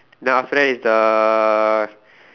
then after that is the